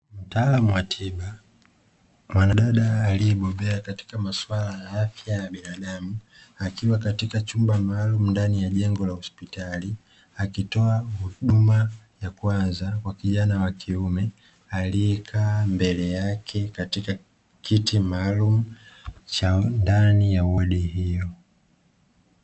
Mtaalam wa tiba mwanadada aliyebobea katika masuala ya afya ya binadamu. Akiwa katika chumba maalum ndani ya jengo la hospitali, akitoa huduma ya kwanza kwa kijana wa kiume, aliyekaa mbele yake katika kiti maalumu cha ndani ya wodi hiyo.